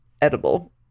edible